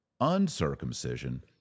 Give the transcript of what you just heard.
uncircumcision